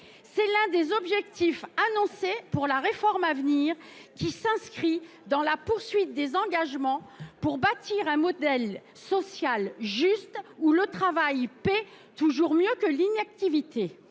C’est l’un des objectifs annoncés pour la réforme à venir, qui s’inscrit dans la poursuite des engagements du Gouvernement à bâtir un modèle social juste, où le travail paie toujours mieux que l’inactivité.